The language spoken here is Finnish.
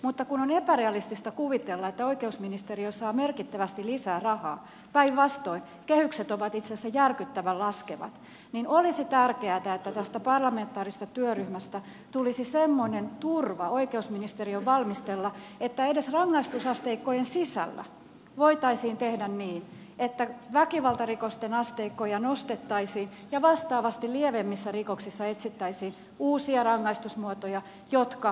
mutta kun on epärealistista kuvitella että oikeusministeriö saa merkittävästi lisää rahaa päinvastoin kehykset ovat itse asiassa järkyttävän laskevat niin olisi tärkeätä että tästä parlamentaarisesta työryhmästä tulisi semmoinen turva oikeusministeriön valmistella että edes rangaistusasteikkojen sisällä voitaisiin tehdä niin että väkivaltarikosten asteikkoja nostettaisiin ja vastaavasti lievemmissä rikoksissa etsittäisiin uusia rangaistusmuotoja jotka mahtuvat budjettiin